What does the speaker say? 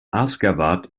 aşgabat